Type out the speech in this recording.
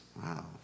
wow